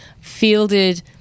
fielded